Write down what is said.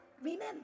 Remember